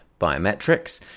Biometrics